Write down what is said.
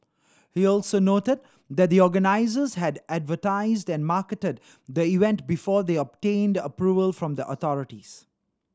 he also noted that the organisers had advertised and marketed the event before they obtained approval from the authorities